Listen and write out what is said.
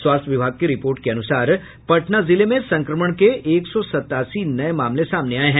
स्वास्थ्य विभाग की रिपोर्ट के अनुसार पटना जिले में संक्रमण के एक सौ सतासी नये मामले सामने आये हैं